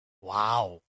Wow